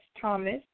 Thomas